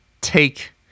take